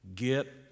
Get